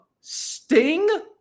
Sting